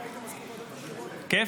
כיף?